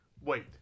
Wait